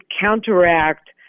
counteract